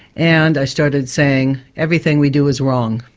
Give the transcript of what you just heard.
and i started saying everything we do is wrong.